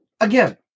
again